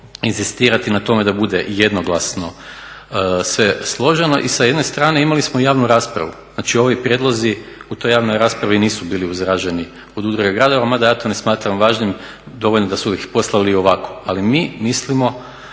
inzistirati na tome da bude jednoglasno sve složeno. I sa jedne strane imali smo javnu raspravu, znači ovi prijedlozi u toj javnoj raspravi nisu bili izraženi od udruge gradova, mada ja to ne smatram važnim. Dovoljno da su ih poslali i ovako. Ali mi mislimo